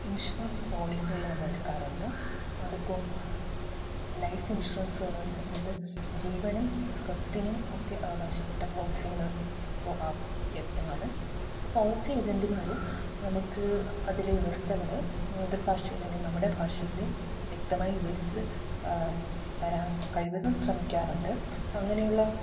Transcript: insurance പോളിസികൾ എടുക്കാറുണ്ട് അതിപ്പോൾ ലൈഫ് ഇൻഷുറൻസുകളുണ്ട് അതായത് ജീവനും സ്വത്തിനും ഒക്കെ അവകാശപ്പെട്ട പോളിസികൾ ഇപ്പോൾ ലഭ്യമാണ് പോളിസി ഏജൻറ്റുമാർ നമുക്ക് അതിലെ വ്യവസ്ഥകൾ മാതൃഭാഷയിൽ അല്ലെങ്കിൽ നമ്മുടെ ഭാഷയിൽ വ്യക്തമായി വിവരിച്ചു തരാറ് കഴിവതും ശ്രമിക്കാറുണ്ട് അങ്ങനെയുള്ള